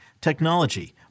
technology